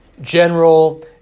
general